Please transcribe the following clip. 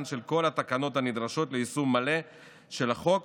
של כל התקנות הנדרשות ליישום מלא של החוק,